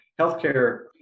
healthcare